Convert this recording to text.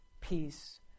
peace